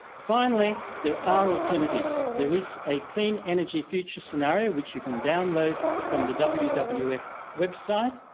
finally there are alternatives. there is a clean energy future scenario which you can download from the wwf wwf website,